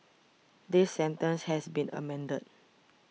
this sentence has been amended